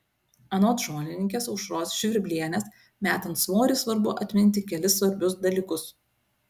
anot žolininkės aušros žvirblienės metant svorį svarbu atminti kelis svarbius dalykus